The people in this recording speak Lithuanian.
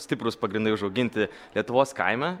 stiprūs pagrindai užauginti lietuvos kaime